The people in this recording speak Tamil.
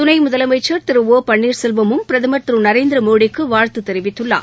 துணை முதலமைச்ச் திரு ஒ பன்னீர்செல்வமும் பிரதமர் திரு நரேந்திரமோடிக்கு வாழ்த்து தெரிவித்துள்ளார்